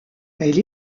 elle